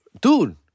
Dude